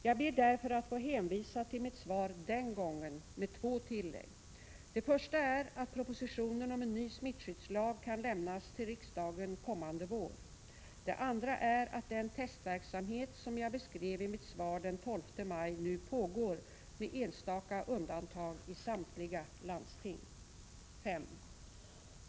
Jag ber därför att få hänvisa till mitt svar den gången, med två tillägg: Det första är att propositionen om en ny smittskyddslag kan lämnas till riksdagen kommande vår. Det andra är att den testverksamhet som jag beskrev i mitt svar den 12 maj nu pågår, med enstaka undantag, i samtliga landsting. 5.